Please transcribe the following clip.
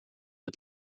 het